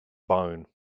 barn